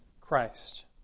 Christ